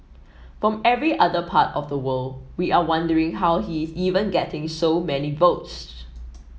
from every other part of the world we are wondering how he is even getting so many votes